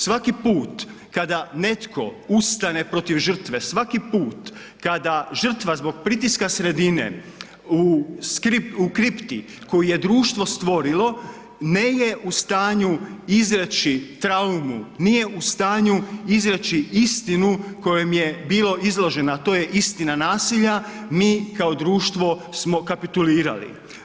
Svaki put kada netko ustane protiv žrtve, svaki put kada žrtva zbog pritiska sredine u kripti koju je društvo stvorilo nije u stanju izreći traumu, nije u stanju izreći istinu kojoj je bila izložena, a to je istina nasilja mi kao društvo smo kapitulirali.